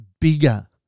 bigger